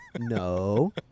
No